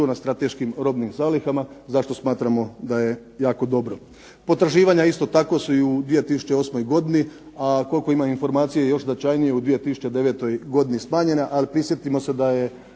na strateškim robnim zalihama, za što smatramo da je jako dobro. Potraživanja isto tako su i u 2008. godini, a koliko imam informacije još značajnije u 2009. smanjena, ali prisjetimo se da je